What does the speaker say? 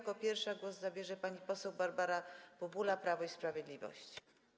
Jako pierwsza głos zabierze pani poseł Barbara Bubula, Prawo i Sprawiedliwość.